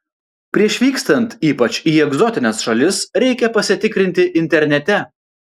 prieš vykstant ypač į egzotines šalis reikia pasitikrinti internete